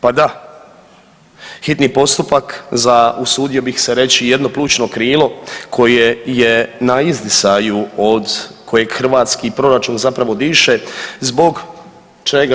Pa da, hitni postupak za usudio bih se reći jedno plućno krilo koje je na izdisaju od kojeg hrvatski proračun zapravo diše zbog čega?